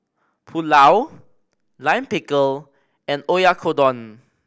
Pulao Lime Pickle and Oyakodon